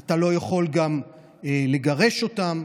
אתה לא יכול גם לגרש אותם,